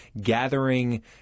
gathering